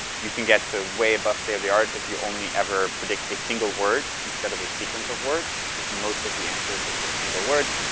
you can get to way above state of the art if you only ever predict a single word instead of a sequence of words. because most of the answers are just single words.